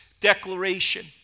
declaration